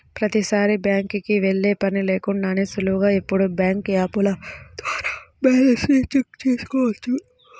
ప్రతీసారీ బ్యాంకుకి వెళ్ళే పని లేకుండానే సులువుగా ఇప్పుడు బ్యాంకు యాపుల ద్వారా బ్యాలెన్స్ ని చెక్ చేసుకోవచ్చు